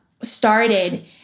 started